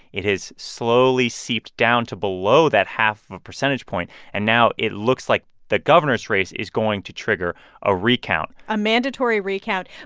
it has slowly seeped down to below that half of a percentage point. and now it looks like the governor's race is going to trigger a recount a mandatory recount,